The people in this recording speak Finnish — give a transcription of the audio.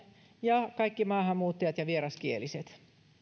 ja kaikki maahanmuuttajat ja vieraskieliset